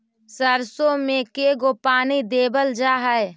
सरसों में के गो पानी देबल जा है?